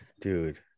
dude